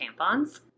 tampons